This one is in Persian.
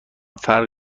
فرق